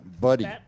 Buddy